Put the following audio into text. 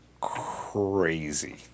Crazy